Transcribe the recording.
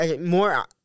more